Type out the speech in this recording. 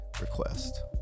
request